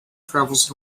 travels